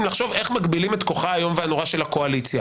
לחשוב איך מגבילים את כוחה האיום והנורא של הקואליציה.